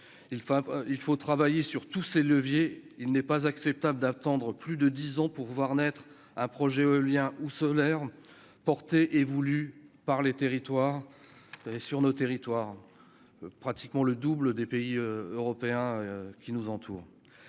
il faut travailler sur tous ces leviers, il n'est pas acceptable d'attendre plus de 10 ans pour voir naître un projet éolien ou solaire porté et voulu par les territoires sur nos territoires, pratiquement le double des pays européens qui nous entourent